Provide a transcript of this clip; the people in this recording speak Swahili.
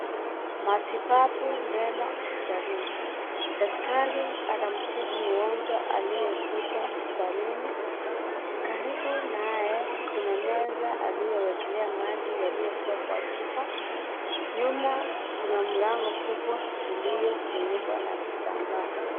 Matibabu mema hospitalini. Daktari anamtibu mgonjwa aliyekuja hospitalini. Karibu naye, kuna meza aliyewekelea maji yaliyokuwa kwa chupa. Nyuma kuna mlango kubwa uliofunikwa na vitambaa.